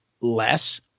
less